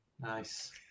Nice